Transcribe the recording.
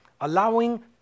allowing